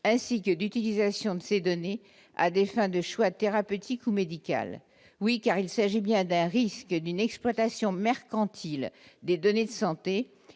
ainsi que l'utilisation de ces données à des fins de choix thérapeutiques ou médical, oui, car il s'agit bien d'un risque d'une exploitation mercantile des données de santé